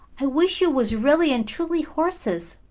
i wish you was really and truly horses,